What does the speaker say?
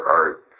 art